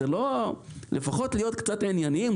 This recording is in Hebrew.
לפחות להיות קצת ענייניים.